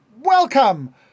welcome